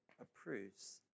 approves